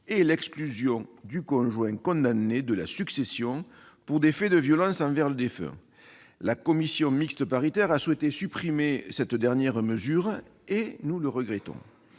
la succession du conjoint condamné pour des faits de violence envers le défunt. La commission mixte paritaire a souhaité supprimer cette dernière mesure, et nous le regrettons.